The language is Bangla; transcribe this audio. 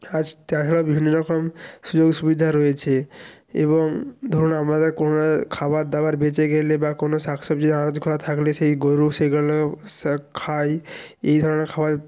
আজ তাহাড়া বিভিন্ন রকম সুযোগ সুবিধা রয়েছে এবং ধরুন আমাদের কোনো খাবার দাবার বেঁচে গেলে বা কোনো শাক সবজি আনাজ করা থাকলে সেই গরু সেইগুলো সে খায় এই ধরনের খাবার